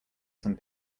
some